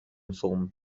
film